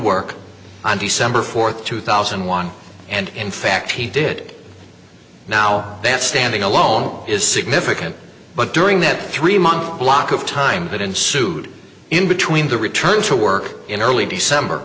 work on december fourth two thousand and one and in fact he did now that standing alone is significant but during that three month block of time that ensued in between the return to work in early december